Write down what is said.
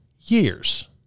years